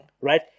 right